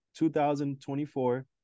2024